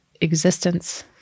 existence